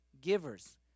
givers